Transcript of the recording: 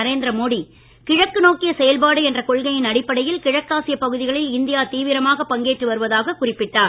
நரேந்திர மோடி கிழக்கு நோக்கிய செயல்பாடு என்ற கொள்கையின் அடிப்படையில் கிழக்காசியப் பகுதிகளில் இந்தியா தீவிரமாகப் பங்கேற்று வருவதாகக் குறிப்பிட்டார்